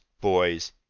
boys